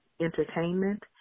entertainment